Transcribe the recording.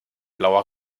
blauer